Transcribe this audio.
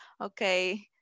okay